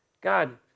God